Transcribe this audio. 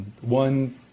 one